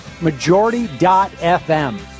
majority.fm